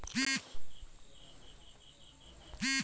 Debit card के PIN केना reset करब?